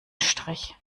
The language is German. strich